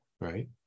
Right